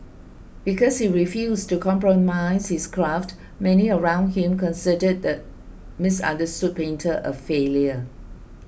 because he refused to compromise his craft many around him considered the misunderstood painter a failure